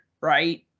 right